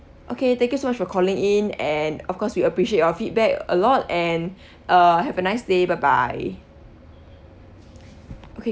okay thank you so much for calling in and of course we appreciate your feedback a lot and uh have a nice day bye bye okay